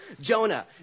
Jonah